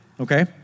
okay